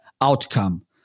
outcome